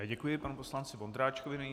Děkuji pan poslanci Vondráčkovi.